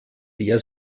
der